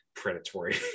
Predatory